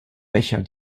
becher